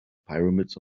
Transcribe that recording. pyramids